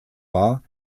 war